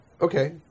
Okay